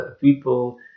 people